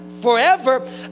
forever